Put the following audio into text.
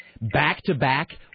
back-to-back